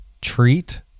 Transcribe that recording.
treat